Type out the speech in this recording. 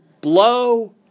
blow